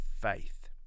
faith